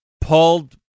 pulled